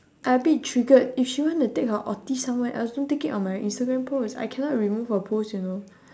I a bit triggered if she want to take her autist somewhere else don't take it on my instagram post I cannot remove a post you know